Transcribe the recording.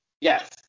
Yes